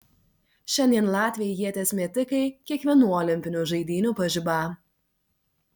šiandien latviai ieties metikai kiekvienų olimpinių žaidynių pažiba